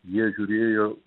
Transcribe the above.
jie žiūrėjo